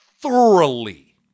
thoroughly